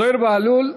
זוהיר בהלול,